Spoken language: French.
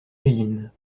méline